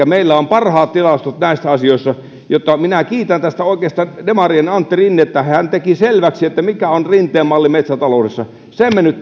meillä on parhaat tilastot näistä asioista eli minä kiitän tästä oikeastaan demarien antti rinnettä hän teki selväksi mikä on rinteen malli metsätaloudessa sen me nyt